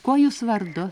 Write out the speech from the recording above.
kuo jūs vardu